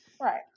Right